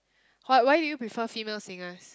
what why do you prefer female singers